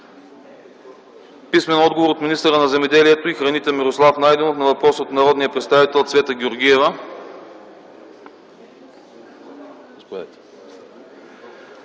Найденов; - от министъра на земеделието и храните Мирослав Найденов на въпрос от народния представител Цвета Георгиева;